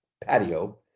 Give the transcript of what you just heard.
patio